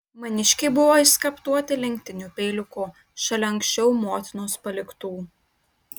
maniškiai buvo išskaptuoti lenktiniu peiliuku šalia anksčiau motinos paliktų